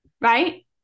right